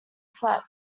slept